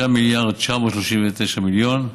5 מיליארד ו-939 מיליון,